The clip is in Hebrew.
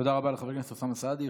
תודה רבה לחבר הכנסת אוסאמה סעדי.